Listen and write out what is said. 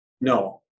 No